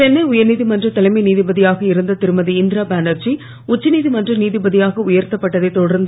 சென்ளை உயர் நீதிமன்ற தலைமை நீதிபதியாக இருந்த திருமதிஇந்திரா பானர்தி உச்ச நீதிமன்ற நீதிபதியாக உயர்த்தப்பட்டதைத் தொடர்ந்து